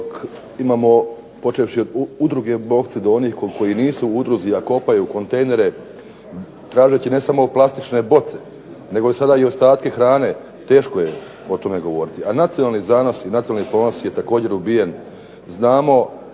dok imamo počevši od Udruge Bogci do onih koji nisu u udruzi a kopaju kontejnere, tražeći ne samo plastične boce nego sada i ostatke hrane, teško je o tome govoriti. A nacionalni zanos i nacionalni ponos je također ubijen, znamo